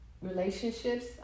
relationships